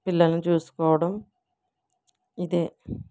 పిల్లల్ని చూసుకోవడం ఇదే